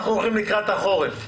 אנחנו הולכים לקראת החורף.